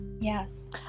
Yes